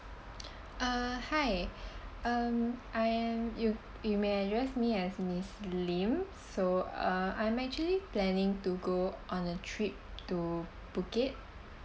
uh hi um I am you you may address me as miss lim so uh I'm actually planning to go on a trip to bukit